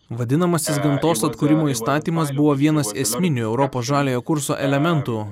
vadinamasis gamtos atkūrimo įstatymas buvo vienas esminių europos žaliojo kurso elementų